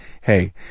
Hey